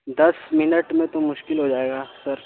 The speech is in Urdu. دس منٹ میں تو مشکل ہو جائے گا سر